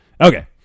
okay